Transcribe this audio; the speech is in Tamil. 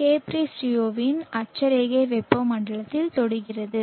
கேப்ரிசியோவின் அட்சரேகை வெப்பமண்டலத்தைத் தொடுகிறது